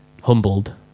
humbled